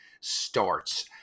starts